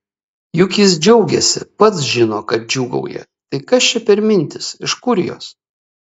juk jis džiaugiasi pats žino kad džiūgauja tai kas čia per mintys iš kur jos